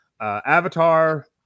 Avatar